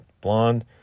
blonde